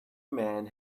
man